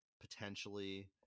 potentially